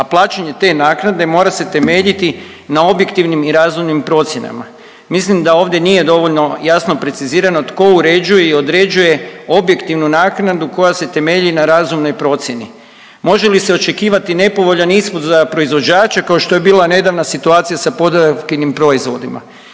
a plaćanje te naknade mora se temeljiti na objektivnim i razumnim procjenama. Mislim da ovdje nije dovoljno jasno precizirano tko uređuje i određuje objektivnu naknadu koja se temelji na razumnoj procjeni. Može li se očekivati nepovoljan ishod za proizvođača kao što je bila nedavna situacija sa Podravkinim proizvodima.